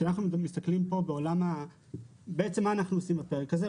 כשאנחנו מסתכלים על העולם הזה אז בעצם מה שאנחנו עושים בפרק הזה,